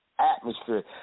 atmosphere